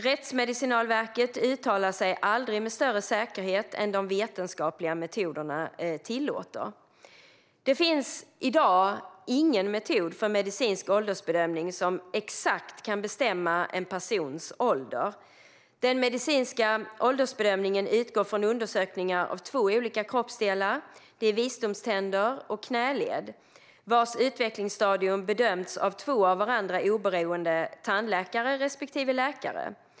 Rättsmedicinalverket uttalar sig aldrig med större säkerhet än de vetenskapliga metoderna tillåter. Det finns i dag ingen metod för medicinsk åldersbedömning som exakt kan bestämma en persons ålder. Den medicinska åldersbedömningen utgår från undersökningar av två olika kroppsdelar, nämligen visdomständer och knäled, vars utvecklingsstadium bedöms av två av varandra oberoende tandläkare respektive läkare.